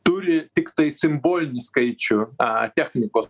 turi tiktai simbolinį skaičių a technikos